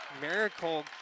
Miracle